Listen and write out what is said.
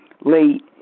late